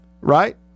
Right